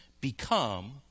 become